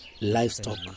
Livestock